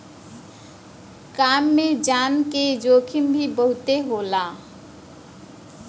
काम में जान के जोखिम भी बहुते होला